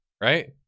right